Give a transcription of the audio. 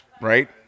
right